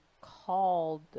called